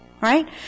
Right